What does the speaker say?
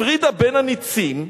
הפרידה בין הנצים,